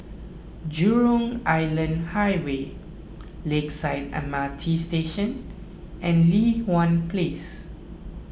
Jurong Island Highway Lakeside M R T Station and Li Hwan Place